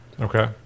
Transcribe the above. okay